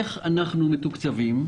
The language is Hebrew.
איך אנחנו מתוקצבים?